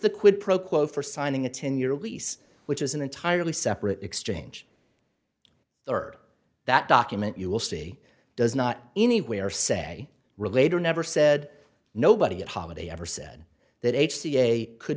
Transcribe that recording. pro quo for signing a ten year lease which is an entirely separate exchange third that document you will see does not anywhere say relator never said nobody at holiday ever said that